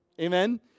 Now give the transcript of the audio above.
Amen